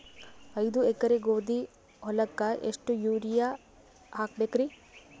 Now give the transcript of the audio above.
ಐದ ಎಕರಿ ಗೋಧಿ ಹೊಲಕ್ಕ ಎಷ್ಟ ಯೂರಿಯಹಾಕಬೆಕ್ರಿ?